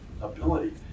ability